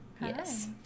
Yes